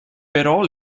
però